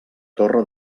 torre